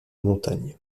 montagne